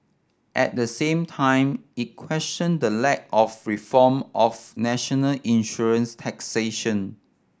at the same time it questioned the lack of reform of national insurance taxation